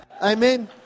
Amen